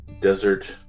desert